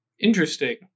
Interesting